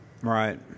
Right